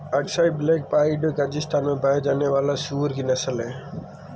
Aksai black pied Kazakhstan में पाया जाने वाली सूअर की नस्ल है